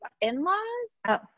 in-laws